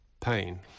pain